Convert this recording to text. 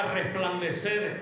resplandecer